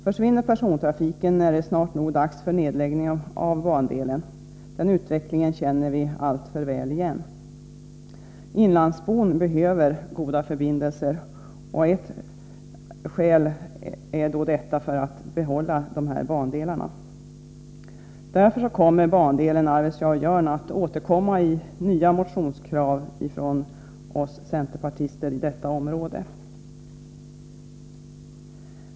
Försvinner persontrafiken är det snart nog dags för nedläggning av bandelen —- den utvecklingen känner vi alltför väl igen. Inlandsbon behöver goda förbindelser, och det är ett skäl för att behålla de här bandelarna. Därför kommer bandelen Arvidsjaur-Jörn att tas upp igen i nya motionskrav från oss centerpartister i detta område.